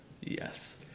yes